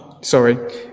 Sorry